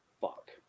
fuck